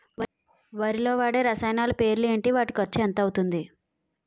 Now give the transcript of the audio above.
వరిలో వాడే రసాయనాలు పేర్లు ఏంటి? వాటి ఖర్చు ఎంత అవతుంది?